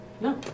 No